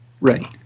Right